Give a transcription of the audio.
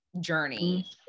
journey